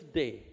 day